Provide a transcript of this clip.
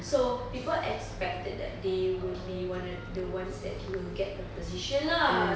so people expected that they would be one of the ones that will get the position lah